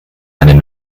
einen